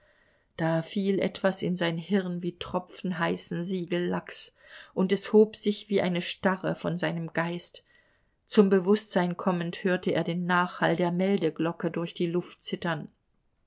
da fiel etwas in sein hirn wie tropfen heißen siegellacks und es hob sich wie eine starre von seinem geist zum bewußtsein kommend hörte er den nachhall der meldeglocke durch die luft zittern